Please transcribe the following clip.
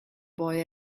boy